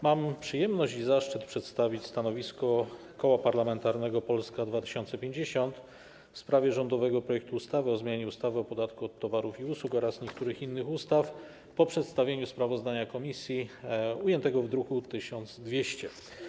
Mam przyjemność i zaszczyt przedstawić stanowisko Koła Parlamentarnego Polska 2050 w sprawie rządowego projektu ustawy o zmianie ustawy o podatku od towarów i usług oraz niektórych innych ustaw, po przedstawieniu sprawozdania komisji ujętego w druku nr 1200.